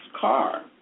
car